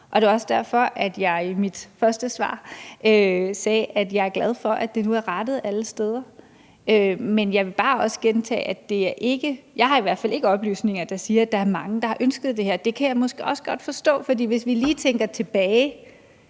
og det var også derfor, at jeg i mit første svar sagde, at jeg er glad for, at det nu er rettet alle steder. Men jeg vil også bare gentage, at jeg i hvert fald ikke har oplysninger, der siger, at der er mange, der har ønsket det her. Det kan jeg måske også godt forstå, for hvis vi lige tænker tilbage,